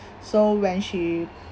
so when she